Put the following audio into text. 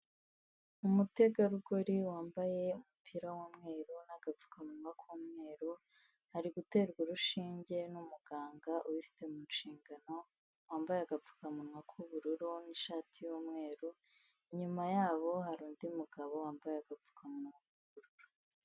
Umutegarugori wambaye umupira w'umweru n'agapfukamunwa k'umweru, ari guterwa urushinge n'umuganga ubifite mu nshingano wambaye agapfukamunwa k'ubururu n'ishati y'umweru, inyuma yabo hari undi mugabo wambaye agapfukamunwa k'ubururu.